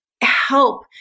help